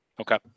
Okay